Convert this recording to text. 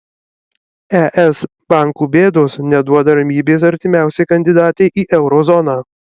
es bankų bėdos neduoda ramybės artimiausiai kandidatei į euro zoną